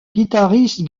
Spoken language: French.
guitariste